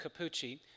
Capucci